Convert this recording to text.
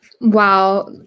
wow